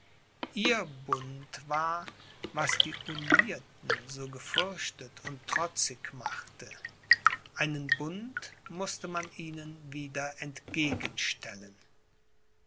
ihr bund war was die unierten so gefürchtet und trotzig machte einen bund mußte man ihnen wieder entgegenstellen